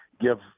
give